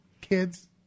kids